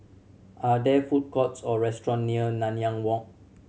are there food courts or restaurant near Nanyang Walk